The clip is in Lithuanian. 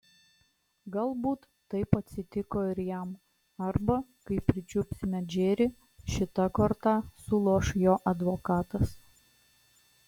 galbūt taip atsitiko ir jam arba kai pričiupsime džerį šita korta suloš jo advokatas